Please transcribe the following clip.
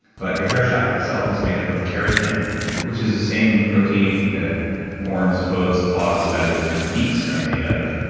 but your hair shaft itself is made up of keratin which is the same protein that horns, hooves, claws, feathers and beaks are made of.